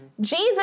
Jesus